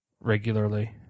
regularly